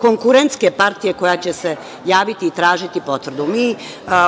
konkurentske partije koja će se javiti i tražiti potvrdu. Mi